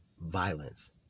violence